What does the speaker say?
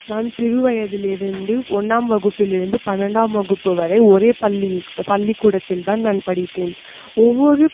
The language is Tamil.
நான் சிறுவயதில் இருந்து ஒன்றாம் வகுப்பிலிருந்து பன்னெண்டாம் வகுப்பு வரை ஒரே பள்ளிக் பள்ளிக்கூடத்தில் தான் நான் படித்தேன் ஒவ்வொரு